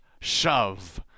SHOVE